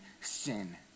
sin